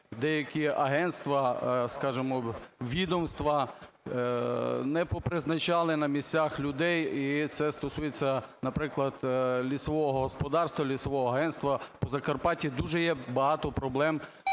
деякі агентства, скажімо, відомства не попризначали на місцях людей, і це стосується, наприклад, лісового господарства, лісового агентства, по Закарпаттю є дуже багато проблем